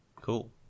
Cool